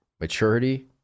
maturity